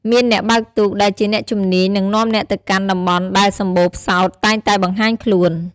មានអ្នកបើកទូកដែលជាអ្នកជំនាញនឹងនាំអ្នកទៅកាន់តំបន់ដែលសម្បូរផ្សោតតែងតែបង្ហាញខ្លួន ។